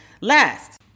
Last